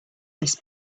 this